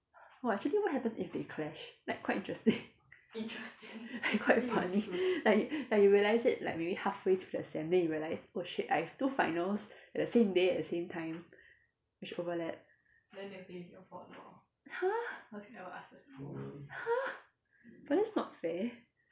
!wah! actually what happens if they clash like quite interesting like quite funny like like you realised it like maybe halfway through the sem then you realised oh shit I have two finals at the same day at the same time which overlap !huh! !huh! but that's not fair